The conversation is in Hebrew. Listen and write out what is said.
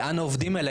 לאן העובדים האלה?